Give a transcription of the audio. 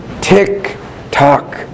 tick-tock